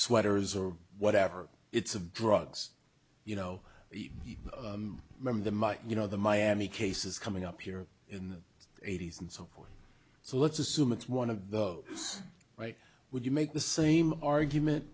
sweaters or whatever it's of drugs you know you remember the mike you know the miami cases coming up here in the eighty's and so forth so let's assume it's one of us right would you make the same argument